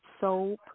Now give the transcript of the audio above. soap